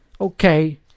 okay